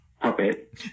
puppet